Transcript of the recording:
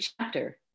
chapter